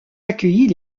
accueillit